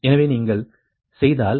எனவே நீங்கள் செய்தால்